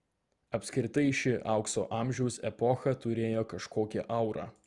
apskritai ši aukso amžiaus epocha turėjo kažkokią aurą